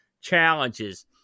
challenges